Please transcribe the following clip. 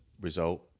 result